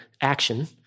action